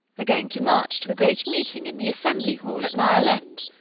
we're going to march to a great meeting in the assembly hall at mile end.